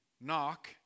Knock